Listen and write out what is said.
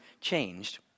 changed